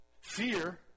Fear